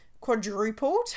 quadrupled